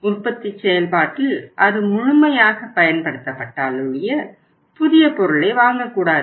உற்பத்திச் செயல்பாட்டில் அது முழுமையாகப் பயன்படுத்தப்பட்டால் ஒழிய புதிய பொருளை வாங்கக்கூடாது